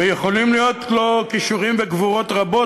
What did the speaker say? ויכולים להיות לו כישורים וגבורות רבות,